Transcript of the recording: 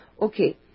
Okay